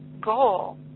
goal